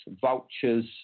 vultures